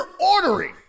ordering